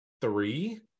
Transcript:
three